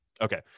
Okay